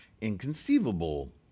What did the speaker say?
inconceivable